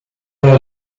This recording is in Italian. alla